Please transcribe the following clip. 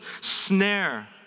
snare